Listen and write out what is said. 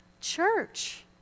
church